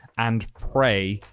and prey.